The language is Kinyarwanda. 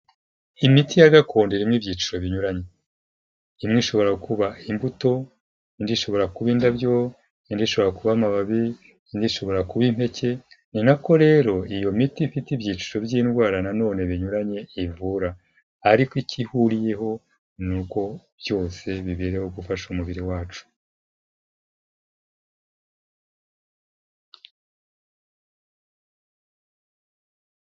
Imiti ya gakondo irimo ibyiciro binyuranye, imwe ishobora kuba imbuto, indi ishobora kuba indabyo, indi ishobora kuba amababi, indi ishobora kuba impeke, ni nako rero iyo miti ifite ibyiciro by'indwara na none binyuranye ivura, ariko icyo ihuriyeho ni uko byose bibereyeho gufasha umubiri wacu.